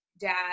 dad